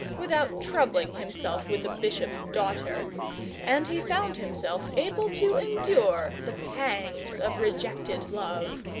without troubling himself with the bishop's daughter and he found himself able to endure the pangs of rejected love.